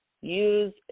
use